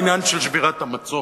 לעניין של שבירת המצור,